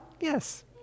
Yes